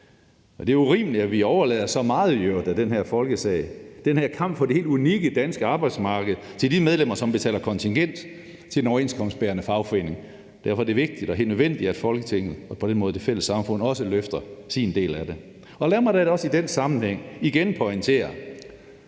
helt urimeligt, at vi overlader så meget af den her folkesag, altså den her kamp for det helt unikke danske arbejdsmarked, til de medlemmer, som betaler kontingent til en overenskomstbærende fagforening. Derfor er det vigtigt og helt nødvendigt, at Folketinget, og på den måde det fælles samfund, også løfter sin del af det. Lad mig også i den sammenhæng igen pointere: